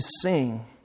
sing